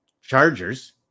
Chargers